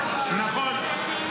נכון.